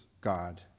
God